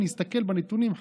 אני אסתכל בנתונים,